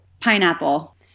Pineapple